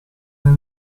nel